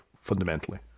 Fundamentally